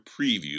preview